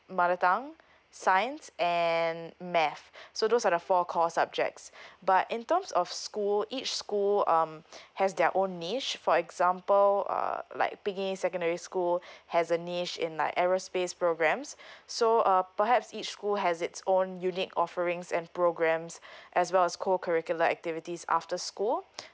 mother tongue science and math so those are the four core subjects but in terms of school so each school um has their own niche for example uh like ping yi secondary school has a niche in like aerospace programs so uh perhaps each school has its own unique offerings and programs as well as co curricular activities after school